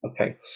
Okay